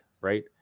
right